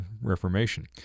Reformation